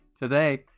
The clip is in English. today